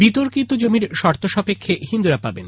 বিতর্কিত জমির শর্ত সাপেক্ষে হিন্দুরা পাবেন